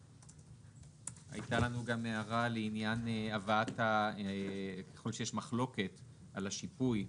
הייתה לנו גם הערה לעניין ככל שיש מחלוקת על השיפוי,